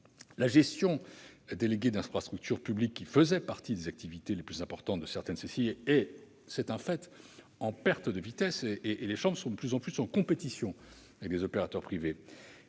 La gestion déléguée d'infrastructures publiques, qui faisait partie des activités les plus importantes de certaines CCI, est en perte de vitesse, c'est un fait, et les chambres sont de plus en plus en compétition avec les opérateurs privés.